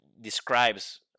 describes